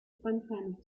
pantanos